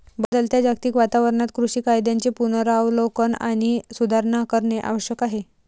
बदलत्या जागतिक वातावरणात कृषी कायद्यांचे पुनरावलोकन आणि सुधारणा करणे आवश्यक आहे